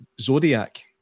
Zodiac